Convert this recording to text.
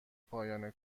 پایان